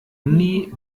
nie